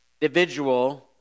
individual